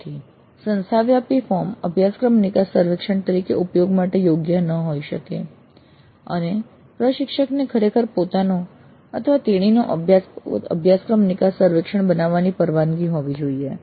તેથી સંસ્થા વ્યાપી ફોર્મ અભ્યાસક્રમ નિકાસ સર્વેક્ષણ તરીકે ઉપયોગ માટે યોગ્ય ન હોઈ શકે અને પ્રશિક્ષકને ખરેખર પોતાનો અથવા તેણીનો પોતાનો અભ્યાસક્રમ નિકાસ સર્વેક્ષણ ફોર્મ બનાવવાની પરવાનગી હોવી જોઈએ